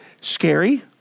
scary